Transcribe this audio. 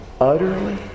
utterly